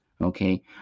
okay